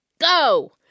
go